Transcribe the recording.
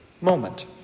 moment